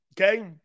Okay